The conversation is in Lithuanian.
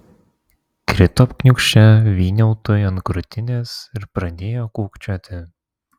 krito kniūbsčia vyniautui ant krūtinės ir pradėjo kūkčioti